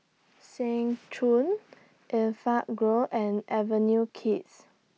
Seng Choon Enfagrow and Avenue Kids